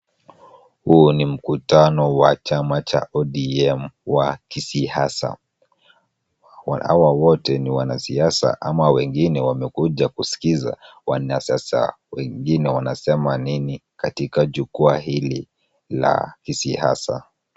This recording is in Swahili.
Huo ni mkutano wa chama cha ODM wa kisiasa. Hawa wote ni wanasiasa ama wengine wamekuja kuskiza wanasiasa wengine wanasema nini katika jukwaa hili la kisiasa.